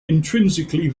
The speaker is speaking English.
intrinsically